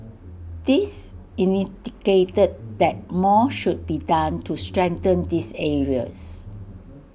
this that more should be done to strengthen these areas